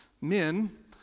men